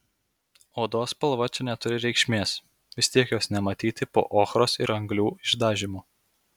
odos spalva čia neturi reikšmės vis tiek jos nematyti po ochros ir anglių išdažymu